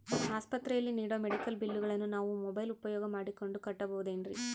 ಆಸ್ಪತ್ರೆಯಲ್ಲಿ ನೇಡೋ ಮೆಡಿಕಲ್ ಬಿಲ್ಲುಗಳನ್ನು ನಾವು ಮೋಬ್ಯೆಲ್ ಉಪಯೋಗ ಮಾಡಿಕೊಂಡು ಕಟ್ಟಬಹುದೇನ್ರಿ?